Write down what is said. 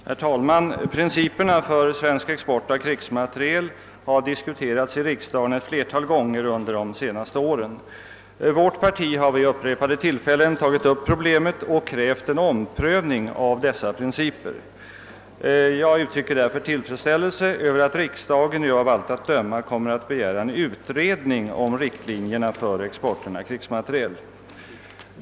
Herr talman! Principerna för svensk export av krigsmateriel har diskuterats i riksdagen ett flertal gånger under de senaste åren. Vårt parti har vid upprepade tillfällen tagit upp problemet och krävt en omprövning av dessa principer, Jag uttrycker därför tillfredsställelse med att riksdagen nu av allt att döma kommer att begära en utredning om riktlinjerna för export av krigsmateriel.